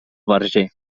verger